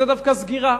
וזה דווקא סגירה